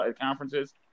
conferences